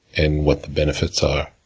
and what the benefits are.